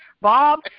Bob